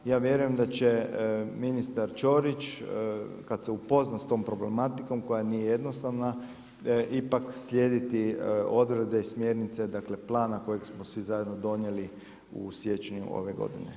I ja vjerujem da će ministar Ćorić kada se upozna sa tom problematikom koja nije jednostavna ipak slijediti odredbe i smjernice, dakle plana kojeg smo svi zajedno donijeli u siječnju ove godine.